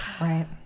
right